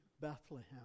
Bethlehem